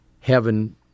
Heaven